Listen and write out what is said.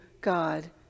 God